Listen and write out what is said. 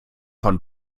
von